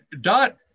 Dot